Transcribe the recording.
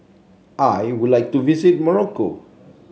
I would like to visit Morocco